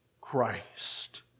Christ